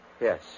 Yes